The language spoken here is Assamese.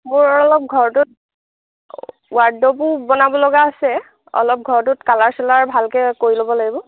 মোৰ অলপ ঘৰটোত ৱাৰ্ডড্ৰাবো বনাবলগা আছে অলপ ঘৰটোত কালাৰ চালাৰ ভালকৈ কৰি ল'ব লাগিব